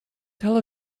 tel